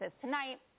tonight